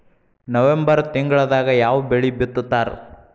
November ತಿಂಗಳದಾಗ ಯಾವ ಬೆಳಿ ಬಿತ್ತತಾರ?